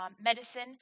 medicine